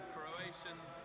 Croatians